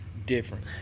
Different